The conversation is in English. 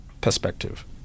perspective